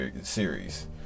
series